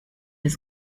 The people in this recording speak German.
des